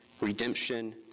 redemption